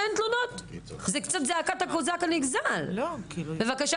ואז כמובן